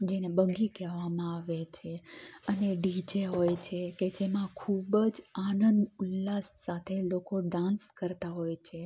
જેને બગી કહેવામાં આવે છે અને ડીજે હોય છે કે જેમાં ખૂબ જ આનંદ ઉલ્લાસ સાથે લોકો ડાન્સ કરતાં હોય છે